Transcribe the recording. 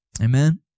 Amen